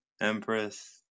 empress